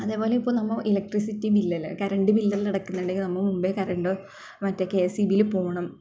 അതേപോലെ ഇപ്പം നമ്മൾ എലക്ട്രിസിറ്റി ബിൽ എല്ലാം കറണ്ട് ബിൽ എല്ലാം അടയ്ക്കുന്നുണ്ടെങ്കിൽ നമ്മൾ മുമ്പേ കറണ്ട് മറ്റേ കെ എസ് ഇ ബിയിൽ പോവണം